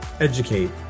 educate